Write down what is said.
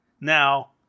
Now